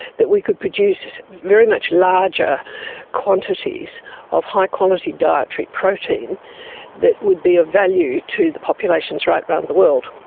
that we could produce very much larger quantities of high-quality dietary protein that would be of value to the populations right around the world.